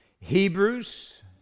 Hebrews